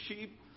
sheep